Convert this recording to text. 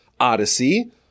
odyssey